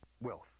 wealth